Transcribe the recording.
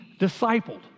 discipled